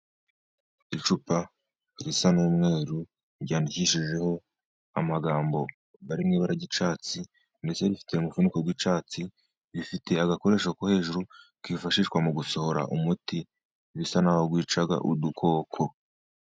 Icupa risa n'umweru ryandikishijeho amagambo ari mu ibara ry'icatsi, ndetse rifite umufuniko w'icyatsi. Rifite agakoresho ko hejuru kifashishwa mu gusohora umuti, bisa naho aho wica udukoko.